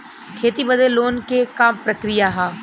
खेती बदे लोन के का प्रक्रिया ह?